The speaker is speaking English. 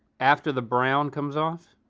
after the brown comes off?